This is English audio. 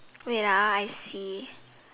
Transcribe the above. wait I see